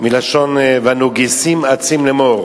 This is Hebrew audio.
בכרוב ובמלפפון קיים מחסור מסוים בעקבות גלי החום,